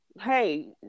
hey